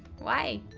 why?